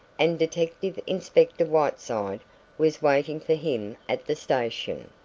and detective-inspector whiteside was waiting for him at the station.